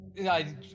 I-